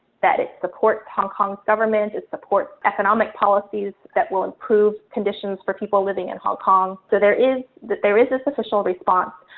that it supports hong kong's government. supports economic policies that will improve conditions for people living in hong kong. so there is that, there is this official response.